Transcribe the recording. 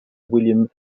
william